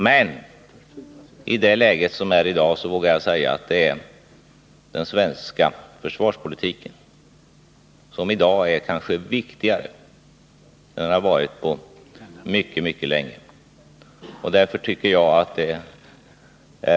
Men i dagens läge vågar jag säga att den svenska försvarspolitiken kanske är viktigare än den har varit på mycket, mycket länge.